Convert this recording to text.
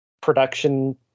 production